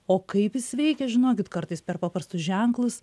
o kaip jis veikia žinokit kartais per paprastus ženklus